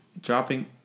dropping